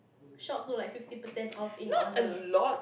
shops were like fifty percent off in honour